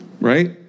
Right